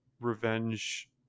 revenge